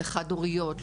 לחד-הוריות,